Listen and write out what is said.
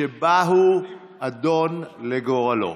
שבה הוא אדון לגורלו.